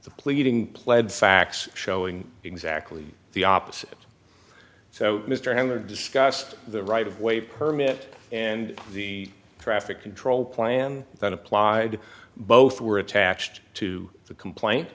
the pleading pled facts showing exactly the opposite so mr heller discussed the right of way permit and the traffic control plan that applied both were attached to the complaint